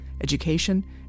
education